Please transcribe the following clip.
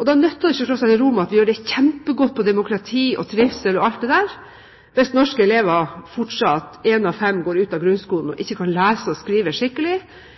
Da nytter det ikke å slå seg til ro med at vi gjør det kjempegodt på demokrati og trivsel og alt det der, hvis fortsatt én av fem norske elever går ut av grunnskolen og ikke kan lese og skrive skikkelig,